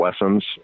lessons